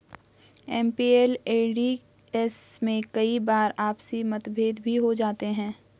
MPLADS में कई बार आपसी मतभेद भी हो जाते हैं